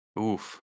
Oof